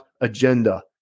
agenda